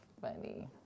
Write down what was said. funny